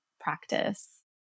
practice